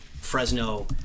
Fresno